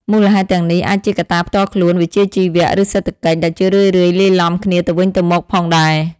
មូលហេតុទាំងនេះអាចជាកត្តាផ្ទាល់ខ្លួន វិជ្ជាជីវៈ ឬសេដ្ឋកិច្ច ដែលជារឿយៗលាយឡំគ្នាទៅវិញទៅមកផងដែរ។